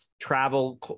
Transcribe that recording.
travel